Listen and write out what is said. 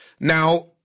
Now